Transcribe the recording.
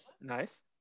Nice